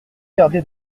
gardé